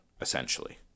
essentially